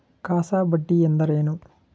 CASA ಬಡ್ಡಿ ಎಂದರೇನು?